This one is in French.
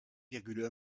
virgule